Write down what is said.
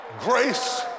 Grace